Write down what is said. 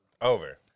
Over